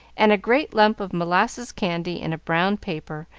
and a great lump of molasses candy in a brown paper,